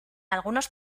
algunos